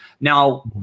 Now